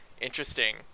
interesting